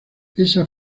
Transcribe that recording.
esa